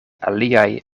aliaj